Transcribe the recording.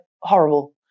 horrible